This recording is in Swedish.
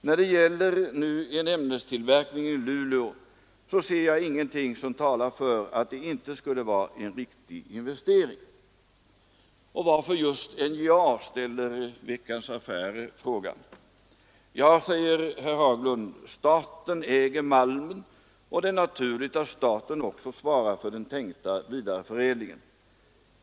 När det nu gäller en ämnestillverkning i Luleå så ser jag ingenting som talar för att det inte skulle vara en riktig investering.” ”Och varför just NJA?” frågar Veckans Affärer, och herr Haglund svarar: ”Staten äger malmen och det är naturligt att staten också svarar för den tänkta vidareförädlingen.